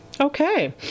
Okay